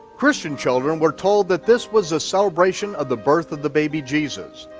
christian children were told that this was a celebration of the birth of the baby jesus.